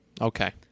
okay